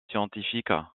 scientifiques